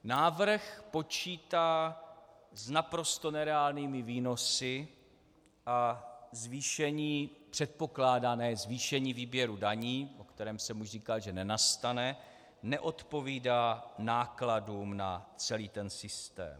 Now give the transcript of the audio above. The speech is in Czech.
Návrh počítá s naprosto nereálnými výnosy a předpokládané zvýšení výběru daní, o kterém jsem už říkal, že nenastane, neodpovídá nákladům na celý systém.